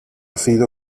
sido